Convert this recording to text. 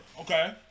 Okay